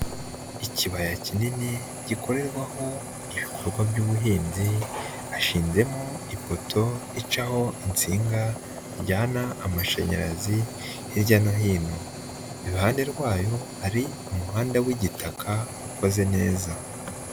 Ikibaya kinini gikorerwaho ibikorwa by'ubuhinzi, hashizemo ipoto icaho insinga zijyana amashanyarazi hirya no hino, iruhande rwayo hari umuhanda w'igitaka ukoze neza.